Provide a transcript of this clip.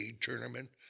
tournament